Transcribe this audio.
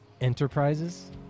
Enterprises